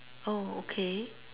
oh okay